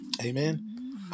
Amen